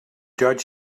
judge